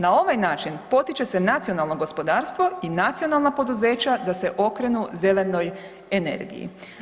Na ovaj način potiče se nacionalno gospodarstvo i nacionalna poduzeća da se okrenu zelenoj energiji.